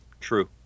true